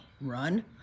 run